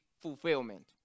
fulfillment